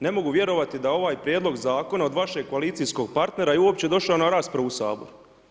Ne mogu vjerovati da ovaj prijedlog zakona od vašeg koalicijskog partnera je uopće došao na raspravu u sabor.